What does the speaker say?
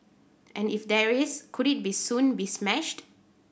and if there is could it soon be smashed